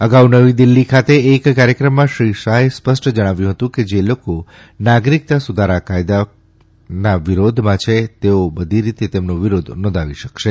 અગાઉ નવી દિલ્ફી ખાતે એક કાર્યક્રમમાં શ્રી શાહે સ્પષ્ટપણે જણાવ્યું હતું કે જે લોકો નાગરિકતા સુધારા કાયદા કાયદાના વિરોધમાં છે તેઓ બધી રીતે તેમનો વિરોધ નોંધાવી શકશે